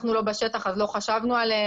אנחנו לא בשטח אז לא חשבנו עליהם,